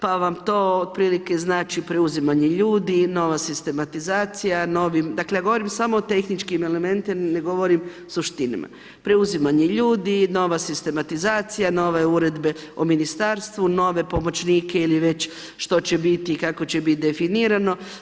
Pa vam to otprilike znači, preuzimanje ljudi, nova sistematizacija, novim, dakle, ja govorim samo o tehničkim elementima, ne govorim o suštinama, preuzimanje ljudi, nova sistematizacija, nove uredbe o ministarstvu, nove pomoćnike ili već što će biti i kako će biti definirano.